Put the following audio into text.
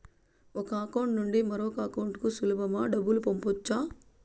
ఒక అకౌంట్ నుండి మరొక అకౌంట్ కు సులభమా డబ్బులు పంపొచ్చా